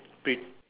pick